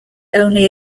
only